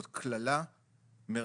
זאת קללה מרסקת